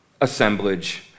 assemblage